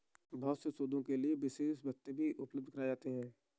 बहुत से शोधों के लिये विशेष भत्ते भी उपलब्ध कराये जाते हैं